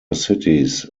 cities